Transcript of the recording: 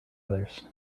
others